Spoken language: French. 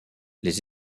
les